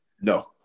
no